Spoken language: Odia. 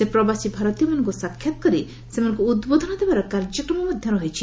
ସେ ପ୍ରବାସୀ ଭାରତୀୟମାନଙ୍କୁ ସାକ୍ଷାତ୍ କରି ସେମାନଙ୍କୁ ଉଦ୍ବୋଧନ ଦେବାର କାର୍ଯ୍ୟକ୍ରମ ମଧ୍ୟ ରହିଛି